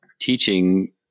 teaching